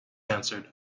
answered